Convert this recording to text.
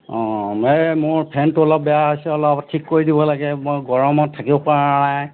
অঁ মই মোৰ ফেনটো অলপ বেয়া হৈছে অলপ ঠিক কৰি দিব লাগে মই গৰমত থাকিব পৰা নাই